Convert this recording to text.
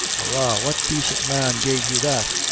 arrah, what dacent man gave you that?